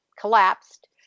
collapsed